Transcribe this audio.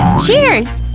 cheers!